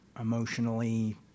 Emotionally